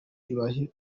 ibahe